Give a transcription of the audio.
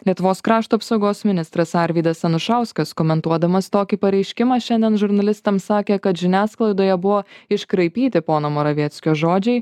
lietuvos krašto apsaugos ministras arvydas anušauskas komentuodamas tokį pareiškimą šiandien žurnalistams sakė kad žiniasklaidoje buvo iškraipyti pono moravieckio žodžiai